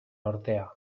ordea